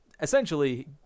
essentially